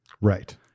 Right